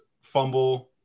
fumble –